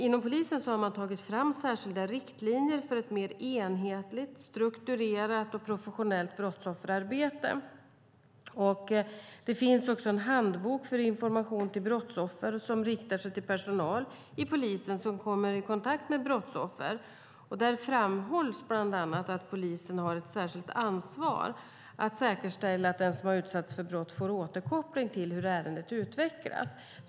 Inom polisen har man tagit fram särskilda riktlinjer för ett mer enhetligt strukturerat och professionellt brottsofferarbete. Det finns också en handbok om information till brottsoffer som riktar sig till personal i polisen som kommer i kontakt med brottsoffer. Där framhålls bland annat att polisen har ett särskilt ansvar för att säkerställa att den som har utsatts för brott får återkoppling till hur ärendet utvecklas.